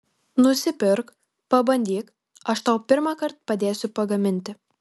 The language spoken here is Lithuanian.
nusipirk pabandyk aš tau pirmąkart padėsiu pagaminti